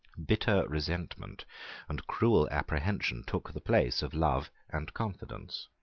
bitter resentment and cruel apprehension took the place of love and confidence.